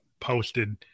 posted